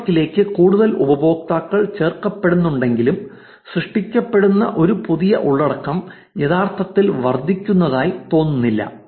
നെറ്റ്വർക്കിലേക്ക് കൂടുതൽ ഉപയോക്താക്കൾ ചേർക്കപ്പെടുന്നുണ്ടെങ്കിലും സൃഷ്ടിക്കപ്പെടുന്ന പുതിയ ഉള്ളടക്കം യഥാർത്ഥത്തിൽ വർദ്ധിക്കുന്നതായി തോന്നുന്നില്ല